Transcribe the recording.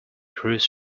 cruise